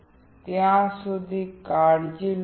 તેથી ત્યાં સુધી કાળજી લો